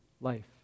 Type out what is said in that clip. life